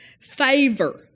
Favor